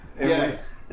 Yes